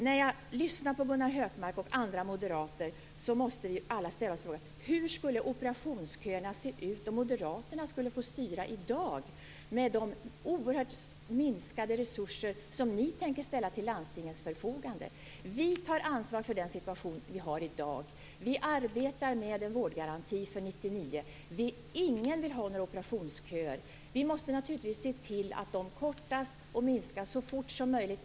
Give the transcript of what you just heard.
När jag lyssnar på Gunnar Hökmark och andra moderater måste jag ställa frågan: Hur skulle operationsköerna se ut om Moderaterna skulle få styra i dag med de oerhört minskade resurser som ni tänker ställa till landstingens förfogande? Vi tar ansvar för den situation vi har i dag. Vi arbetar med en vårdgaranti för 1999. Ingen vill ha några operationsköer. Vi måste naturligtvis se till att de kortas så fort som möjligt.